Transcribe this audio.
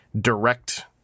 direct